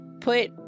Put